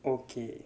okay